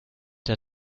der